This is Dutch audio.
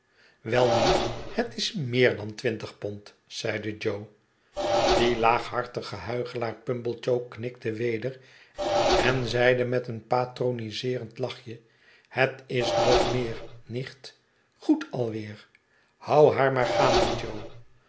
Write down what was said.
welnu het is meer dan twintig pond zeide jo die laaghartige huichelaar pumblechook knikte weder en zeide met een patroniseerend lachje het is nog meer nicht goed alweer houd haar maar gaande